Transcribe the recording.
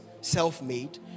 self-made